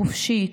החופשית,